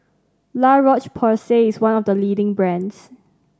La Roche Porsay is one of the leading brands